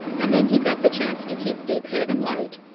and then he got the chance to keep deephaven light,